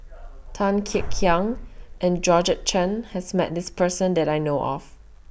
Tan Kek Hiang and Georgette Chen has Met This Person that I know of